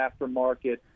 aftermarket